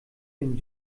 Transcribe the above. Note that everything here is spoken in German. den